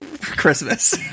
Christmas